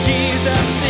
Jesus